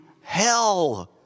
hell